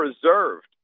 preserved